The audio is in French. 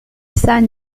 saint